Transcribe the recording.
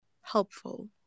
Helpful